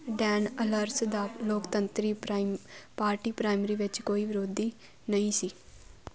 Dan Ahlers ਦਾ ਲੋਕਤੰਤਰੀ prime party primary ਵਿੱਚ ਕੋਈ ਵਿਰੋਧੀ ਨਹੀਂ ਸੀ